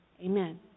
Amen